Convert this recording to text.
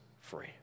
free